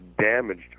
damaged